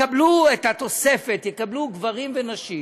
גברים ונשים